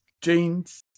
jeans